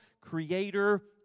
creator